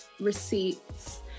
receipts